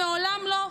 שמעולם לא,